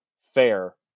fair